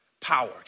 power